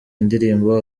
indirimbo